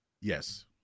Yes